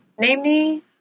Namely